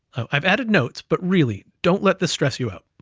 i've added notes, but really don't let this stress you out.